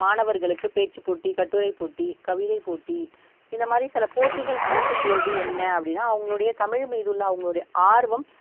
மாணவர்களுக்கு பேச்சுப்போட்டி கட்டுரை போட்டி கவிதை போட்டி இந்த மாதிரி சில போட்டிகள் கொடுக்கும் போது என்ன அப்படினா அவங்களுடைய தமிழ் மீது உள்ள அவர்களுடைய ஆர்வம்